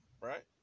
right